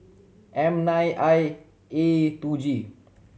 M nine I A two G